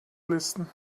listen